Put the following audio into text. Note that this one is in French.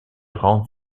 rangs